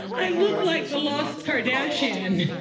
i look like the lost kardashian.